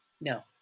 No